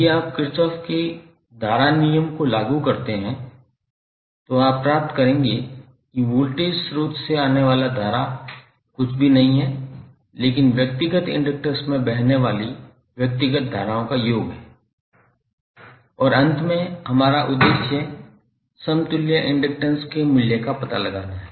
यदि आप किरचॉफ के धारा नियम को लागू करते हैं तो आप प्राप्त करेंगे कि वोल्टेज स्रोत से आने वाला धारा कुछ भी नहीं है लेकिन व्यक्तिगत इंडेक्सर्स में बहने वाली व्यक्तिगत धाराओं का योग है और अंत में हमारा उद्देश्य समतुल्य इंडक्टैंस के मूल्य का पता लगाना है